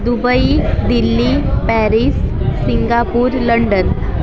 Dubai Delhi Paris Singapore London